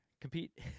Compete